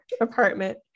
apartment